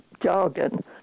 jargon